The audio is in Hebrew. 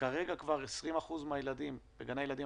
כשכרגע כבר ל-20% מהילדים בגני הילדים